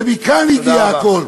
ומכאן הגיע הכול.